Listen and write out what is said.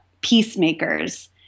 peacemakers